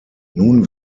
nun